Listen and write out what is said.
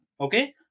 okay